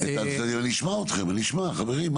אני אשמע אתכם, חברים.